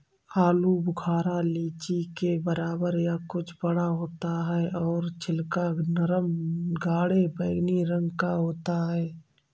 आलू बुखारा लीची के बराबर या कुछ बड़ा होता है और छिलका नरम गाढ़े बैंगनी रंग का होता है